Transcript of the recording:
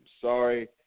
sorry